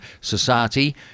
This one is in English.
society